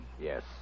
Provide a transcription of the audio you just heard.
Yes